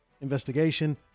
Investigation